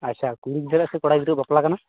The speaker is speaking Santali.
ᱟᱪᱪᱷᱟ ᱠᱩᱲᱤ ᱜᱤᱫᱟᱹᱨᱟᱜ ᱥᱮ ᱠᱚᱲᱟ ᱜᱤᱫᱟᱹᱨᱟᱜ ᱵᱟᱯᱞᱟ ᱠᱟᱱᱟ